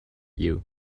you